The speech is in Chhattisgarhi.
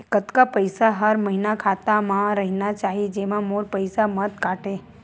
कतका पईसा हर महीना खाता मा रहिना चाही जेमा मोर पईसा मत काटे?